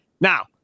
now